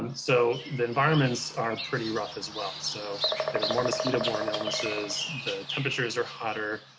and so the environments are pretty rough as well. so there's more mosquito borne illnesses, the temperatures are hotter.